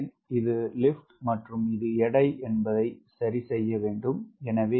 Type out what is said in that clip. இது லிப்ட் மற்றும் இது எடை என்பதை சரி செய்ய வேண்டும் எனவே இது Wcos gamma